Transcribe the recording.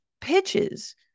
pitches